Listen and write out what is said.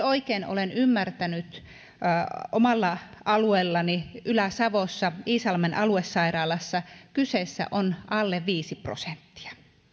oikein olen ymmärtänyt omalla alueellani ylä savossa iisalmen aluesairaalassa kyseessä on alle viisi prosenttia